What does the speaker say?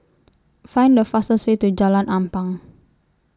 Find The fastest Way to Jalan Ampang